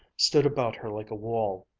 stood about her like a wall,